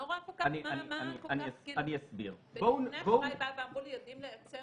בדיוני האשראי אמרו לי יודעים לייצר